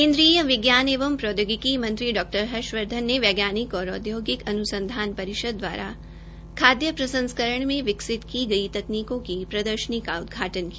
केन्द्रीय विज्ञान एवं प्रौद्योगिकी मंत्री डॉ हर्षवर्धन ने वैज्ञानिक और औदयोगिक अन्संधान परिषद दवारा खादय प्रसंस्करण में विकसित की गई तकनीकों की प्रदर्शनी का उदघाटन किया